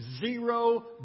zero